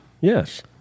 Yes